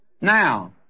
Now